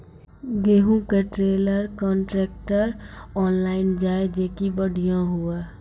गेहूँ का trailer contractor online जाए जैकी बढ़िया हुआ